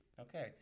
Okay